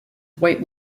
white